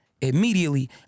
Immediately